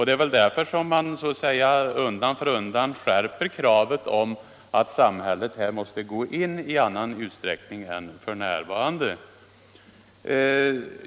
Det är väl därför de anställda undan för undan skärper kravet att samhället här måste gå in i annan utsträckning än det gör f.n.